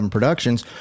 Productions